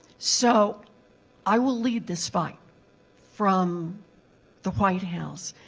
so i will lead this fight from the white house.